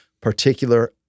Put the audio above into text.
particular